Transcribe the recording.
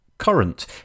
current